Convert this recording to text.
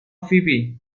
فیبی